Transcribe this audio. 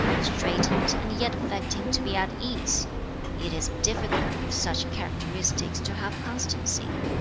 straitened and yet affecting to be at ease it is difficult with such characteristics to have constancy